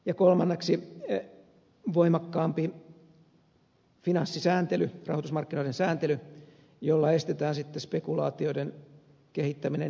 ja kolmanneksi voimakkaammalla finanssisääntelyllä rahoitusmarkkinoiden sääntelyllä estetään sitten spekulaatioiden kehittäminen järjettömiin mittasuhteisiin